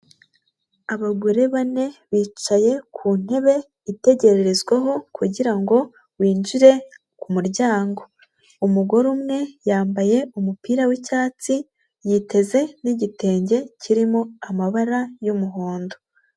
Abagore bane bicaye ku ntebe itegererezweho kugira ngo binjire ku muryango, umugore umwe yambaye umupira w'icyatsi yiteze n'igitenge kirimo amabara y'umuhondo.